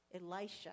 Elisha